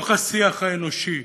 בתוך השיח האנושי?